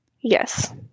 yes